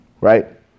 right